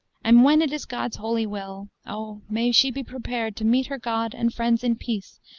and when it is god's holy will, o, may she be prepared to meet her god and friends in peace,